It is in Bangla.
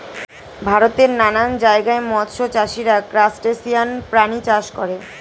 ভারতের নানান জায়গায় মৎস্য চাষীরা ক্রাসটেসিয়ান প্রাণী চাষ করে